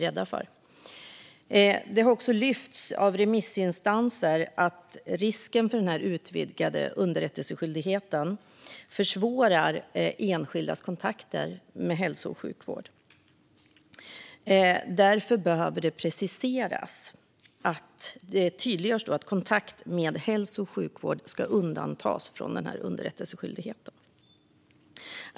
Det har också lyfts fram av remissinstanser att risken är att den utvidgade underrättelseskyldigheten försvårar enskildas kontakter med hälso och sjukvård. Därför behöver det preciseras att kontakt med hälso och sjukvård ska undantas från underrättelseskyldigheten.